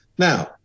Now